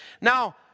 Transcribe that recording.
now